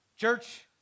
Church